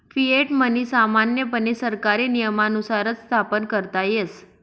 fiat money सामान्यपणे सरकारी नियमानुसारच स्थापन करता येस